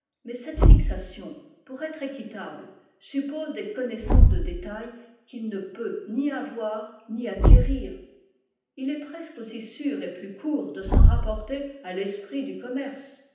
mais cette fixation pour être équitable suppose des connaissances de détail qu'il ne peut ni avoir ni acquérir il est presque aussi sûr et plus court de s'en rapporter à l'esprit du commerce